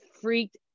freaked